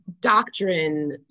doctrine